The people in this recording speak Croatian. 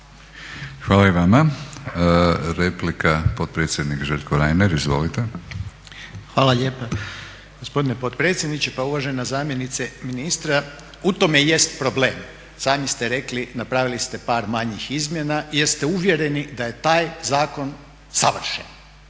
Hvala i vama. Replika potpredsjednik Željko Reiner. Izvolite. **Reiner, Željko (HDZ)** Hvala lijepa gospodine potpredsjedniče. Pa uvažena zamjenice ministra, u tome jest problem, sami ste rekli napravili ste par manjih izmjena jer ste uvjereni da je taj zakon savršen.